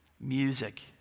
Music